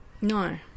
No